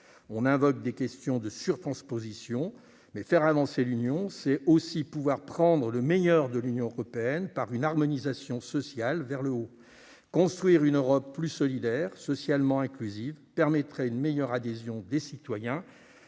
On a invoqué des questions de surtransposition, mais faire avancer l'Union européenne, c'est aussi être capable de prendre le meilleur de celle-ci en optant pour une harmonisation sociale par le haut. Construire une Europe plus solidaire et socialement inclusive permettrait une meilleure adhésion des citoyens.